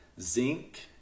zinc